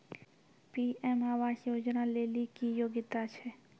PM आवास योजना लेली की योग्यता छै?